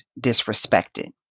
disrespected